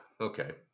okay